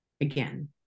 again